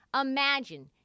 imagine